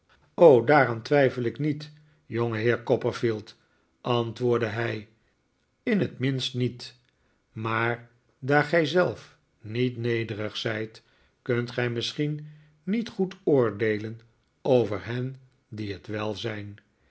daaraan twijfel ik niet jongeheer copperfield antwoordde hij in het minst niet maar daar gij zelf niet nederig zijt kunt gij misschien niet goed oordeeleri over hen die het wel zijn